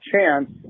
chance